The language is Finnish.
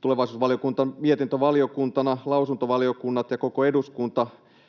Tulevaisuusvaliokunta mietintövaliokuntana, lausuntovaliokunnat ja koko eduskunta